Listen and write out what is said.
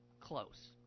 Close